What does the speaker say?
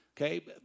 Okay